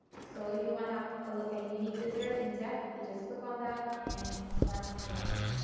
so, if you want to have a look at unique visitors in depth, you just click on that and start analyzing.